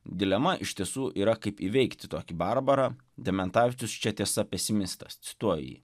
dilema iš tiesų yra kaip įveikti tokį barbarą dementavičius čia tiesa pesimistas cituoju jį